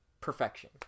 perfection